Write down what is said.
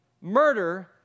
murder